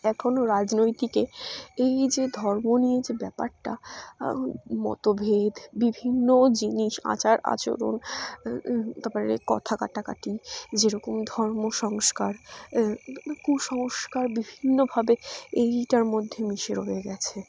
এখনও রাজনৈতিকে এই যে ধর্ম নিয়ে এই যে ব্যাপারটা মতভেদ বিভিন্ন জিনিস আচার আচরণ তার পরে কথা কাটাকাটি যেরকম ধর্ম সংস্কার তারপর কুসংস্কার বিভিন্নভাবে এটার মধ্যে মিশে রয়ে গিয়েছে